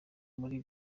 muri